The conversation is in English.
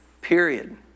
Period